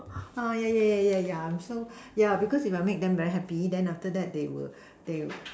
ah yeah yeah yeah yeah yeah so yeah because if I make them very happy then after that they will they